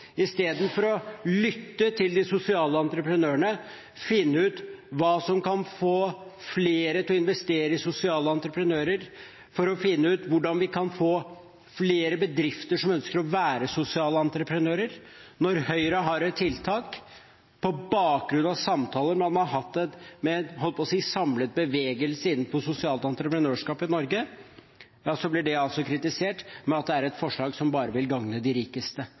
istedenfor å lytte til de sosiale entreprenørene og finne ut hva som kan få flere til å investere i sosiale entreprenører, finne ut hvordan vi kan få flere bedrifter som ønsker å være sosiale entreprenører. Når Høyre har et tiltak på bakgrunn av samtaler man har hatt med – jeg holdt på å si – en samlet bevegelse innenfor sosialt entreprenørskap i Norge, blir det altså kritisert for at det er et forslag som bare vil gagne de rikeste.